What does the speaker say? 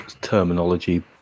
terminology